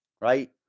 Right